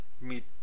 meet